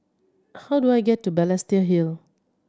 how do I get to Balestier Hill